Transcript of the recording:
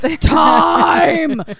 Time